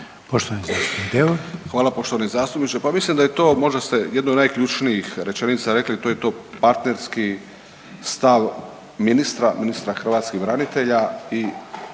**Deur, Ante (HDZ)** Hvala poštovani zastupniče, pa mislim da je to, možda ste jedno od najključnijih rečenica rekli, a to je to partnerski stav ministra, ministar hrvatskih branitelja